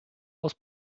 aus